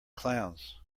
clowns